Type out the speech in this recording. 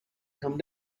come